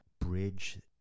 bridge